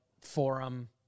forum